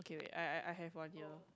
I I I have one here